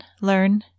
learn